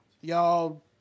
Y'all